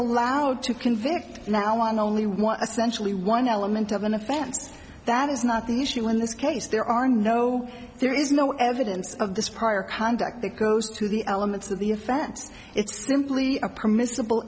allowed to convict now on only one essential one element of an offense that is not the issue in this case there are no there is no evidence of this prior conduct that goes to the elements of the offense it's simply up permissible